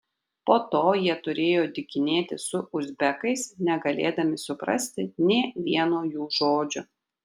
po to jie turėjo dykinėti su uzbekais negalėdami suprasti nė vieno jų žodžio